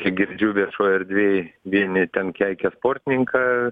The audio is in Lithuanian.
kiek girdžiu viešoj erdvėj vieni ten keikia sportininką